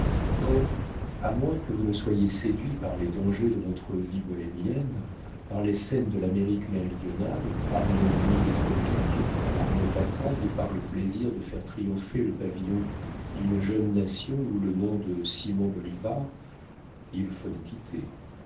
or à moins que vous ne soyez séduit par les dangers de notre vie bohémienne par les scènes de l'amérique méridionale par nos nuits des tropiques par nos batailles et par le plaisir de faire triompher le pavillon d'une jeune nation ou le nom de simon bolivar il faut nous quitter